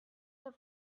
have